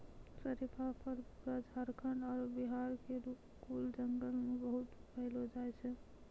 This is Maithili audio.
शरीफा फल पूरा झारखंड आरो बिहार के कुछ जंगल मॅ बहुत पैलो जाय छै